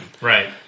Right